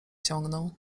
ciągnął